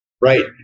Right